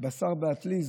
בשר באטליז